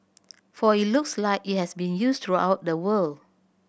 for it looks like it has been used throughout the world